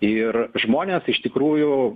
ir žmonės iš tikrųjų